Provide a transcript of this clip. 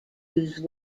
lose